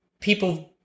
People